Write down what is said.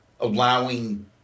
allowing